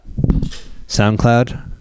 SoundCloud